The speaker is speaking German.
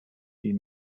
die